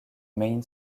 main